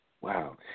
Wow